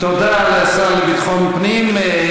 תודה לשר לביטחון פנים.